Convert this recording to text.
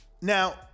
Now